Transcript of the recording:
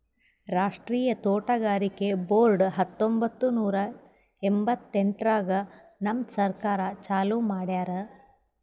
ರಾಷ್ಟ್ರೀಯ ತೋಟಗಾರಿಕೆ ಬೋರ್ಡ್ ಹತ್ತೊಂಬತ್ತು ನೂರಾ ಎಂಭತ್ತೆಂಟರಾಗ್ ನಮ್ ಸರ್ಕಾರ ಚಾಲೂ ಮಾಡ್ಯಾರ್